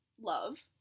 Love